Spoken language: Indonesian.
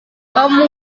kamu